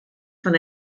van